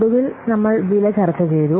ഒടുവിൽ നമ്മൾ വില ചർച്ചചെയ്തു